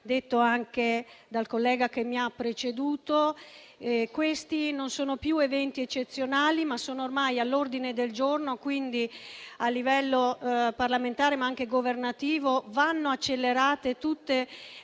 detto anche il collega che mi ha preceduto, questi eventi non sono più eccezionali, ma sono ormai all'ordine del giorno; pertanto, a livello parlamentare ma anche governativo, vanno accelerate tutte le